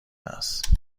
است